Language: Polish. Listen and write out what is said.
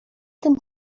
tym